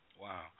Wow